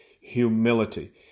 humility